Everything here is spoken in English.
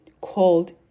called